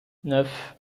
neuf